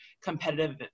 competitive